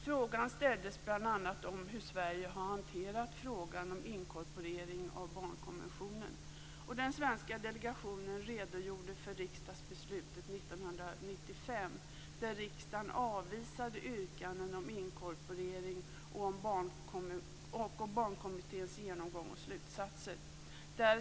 Frågan ställdes bl.a. om hur Sverige har hanterat frågan om inkorporering av barnkonventionen, och den svenska delegationen redogjorde för riksdagsbeslutet 1995, då riksdagen avvisade yrkandena om inkorporering och om barnkommitténs genomgång och slutsatser.